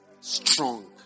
strong